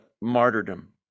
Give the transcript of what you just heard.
martyrdom